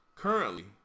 Currently